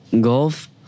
golf